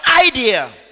idea